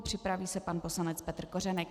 Připraví se pan poslanec Petr Kořenek.